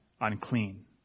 unclean